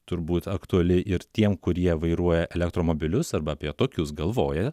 turbūt aktuali ir tiem kurie vairuoja elektromobilius arba apie tokius galvoja